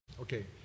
Okay